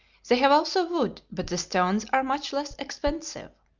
they have also wood, but the stones are much less expensive.